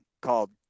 called